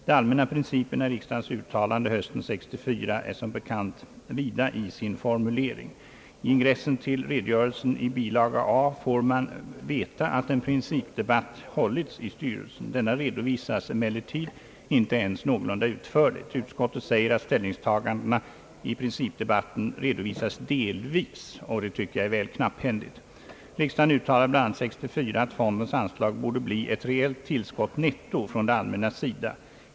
De allmänna principerna i riksdagens uttalande hösten 1964 är som bekant vida i sin utformning. I ingressen till redogörelsen i Bil. A får man veta att en principdebatt hållits i styrelsen. Denna redovisas emellertid inte ens någorlunda utförligt. Utskottet säger att ställningstagandena i principdebatten redovisas »delvis», och det tycker jag är väl knapphändigt. Riksdagen uttalade bl.a. år 1964 att fondens anslag borde bli ett reellt tillskott netto från det allmännas sida.